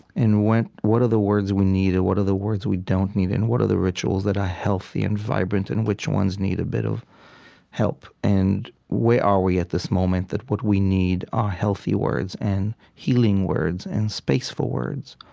and went, what are the words we need, or what are the words we don't need, and what are the rituals that are healthy and vibrant, and which ones need a bit of help? and where are we at this moment, that what we need are healthy words and healing words and space for words,